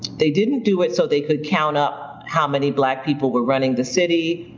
they didn't do it so they could count up how many black people were running the city,